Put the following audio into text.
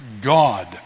God